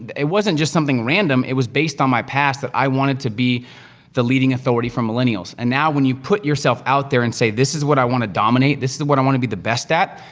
it wasn't just something random, it was based on my past that i wanted to be the leading authority for millennials. and now, when you put yourself out there, and say this is what i wanna dominate, this is what i wanna be the best at,